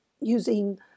using